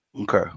Okay